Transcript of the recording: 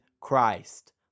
Christ